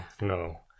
No